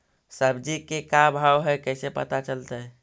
सब्जी के का भाव है कैसे पता चलतै?